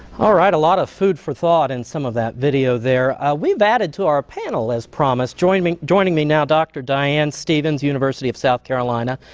all right. a lot of food for thought in some of that video there. we've added to our panel as promised. joining joining me now dr. diane stevens, university of south carolina,